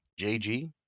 jg